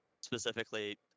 specifically